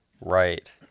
Right